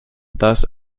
thus